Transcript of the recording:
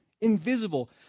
invisible